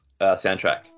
soundtrack